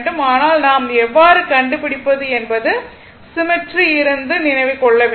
ஆனால் நாம் எவ்வாறு கண்டுபிடிப்பது என்பதை சிமெட்ரி யில் இருந்து நினைவில் கொள்ள வேண்டும்